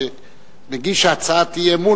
מגיש הצעת האי-אמון,